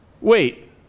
Wait